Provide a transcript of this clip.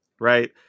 right